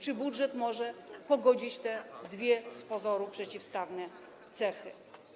Czy budżet może pogodzić te dwie z pozoru przeciwstawne cechy?